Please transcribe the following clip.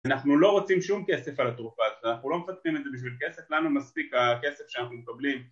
אנחנו לא רוצים שום כסף על התרופת, אנחנו לא מפתחים את זה בשביל כסף, לנו מספיק הכסף שאנחנו מקבלים